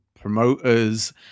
promoters